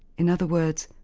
in other words,